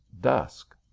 dusk